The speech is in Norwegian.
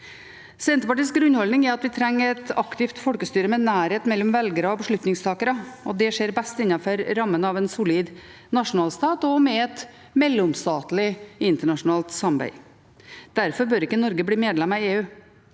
Senterpartiets grunnholdning er at vi trenger et aktivt folkestyre med nærhet mellom velgere og beslutningstakere, og at det skjer best innenfor rammene av en solid nasjonalstat og med et mellomstatlig internasjonalt samarbeid. Derfor bør ikke Norge bli medlem av EU.